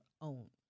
own